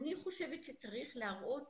אני חושבת שצריך להראות